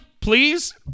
please